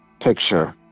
picture